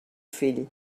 fill